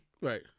right